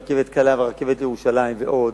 הרכבת הקלה והרכבת לירושלים ועוד,